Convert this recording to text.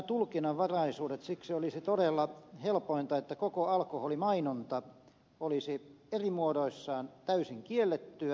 siksi olisi todella helpointa että koko alkoholimainonta olisi eri muodoissaan täysin kiellettyä